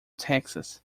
texas